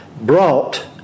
brought